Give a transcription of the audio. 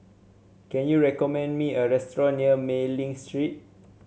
can you recommend me a restaurant near Mei Ling Street